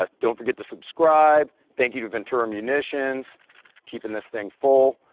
ah don't forget to subscribe, thank you to ventura munitions keeping this thing full.